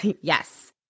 Yes